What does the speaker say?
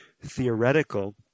theoretical